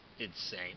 insane